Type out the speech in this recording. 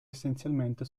essenzialmente